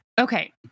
Okay